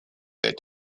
their